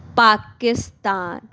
Pakistan